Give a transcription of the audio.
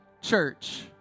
church